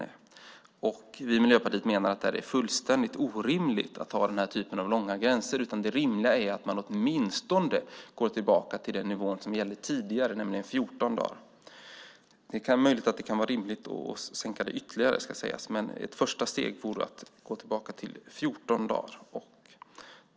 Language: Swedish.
Vi i Miljöpartiet menar att det är fullständigt orimligt att ha den här typen av långa tidsgränser. Det rimliga är att åtminstone gå tillbaka till den nivå som gällde tidigare, nämligen 14 dagar. Det är möjligt att det kan vara rimligt med ytterligare sänkning, men ett första steg vore att gå tillbaka till 14 dagar.